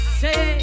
say